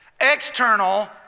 External